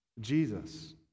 Jesus